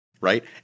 Right